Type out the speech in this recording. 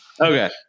Okay